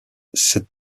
cette